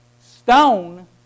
stone